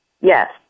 Yes